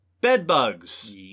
bedbugs